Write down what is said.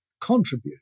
contribute